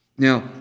Now